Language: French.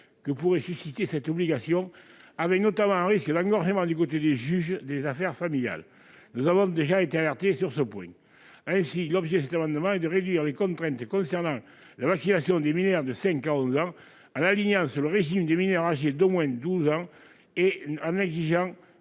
que pourrait susciter cette obligation, avec notamment un risque d'engorgement du côté des juges aux affaires familiales. Nous avons déjà été alertés sur ce point. L'objet de cet amendement est donc de réduire les contraintes concernant la vaccination des mineurs de 5 à 11 ans en l'alignant sur le régime des mineurs âgés d'au moins 12 ans, à savoir